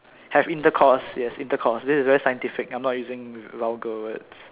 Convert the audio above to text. have intercourse yes intercourse this is very scientific I am not using vulgar words